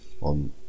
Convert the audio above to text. on